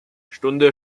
stunde